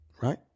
right